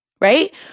right